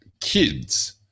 kids